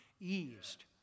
eased